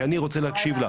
כי אני רוצה להקשיב לה,